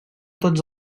tots